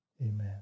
Amen